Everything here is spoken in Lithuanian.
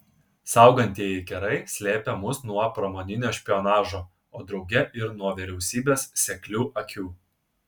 saugantieji kerai slėpė mus nuo pramoninio špionažo o drauge ir nuo vyriausybės seklių akių